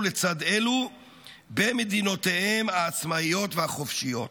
לצד אלו במדינותיהם העצמאיות והחופשיות,